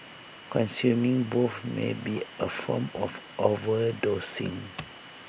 consuming both may be A form of overdosing